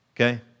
okay